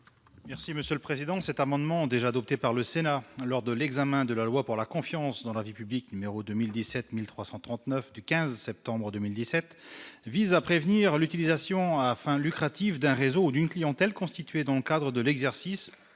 Merci Monsieur le Président, cet amendement, déjà adopté par le Sénat lors de l'examen de la loi pour la confiance dans la vie publique, numéro 2000 17339 du 15 septembre 2017 vise à prévenir l'utilisation afin lucrative d'un réseau d'une clientèle constituée dans le cadre de l'exercice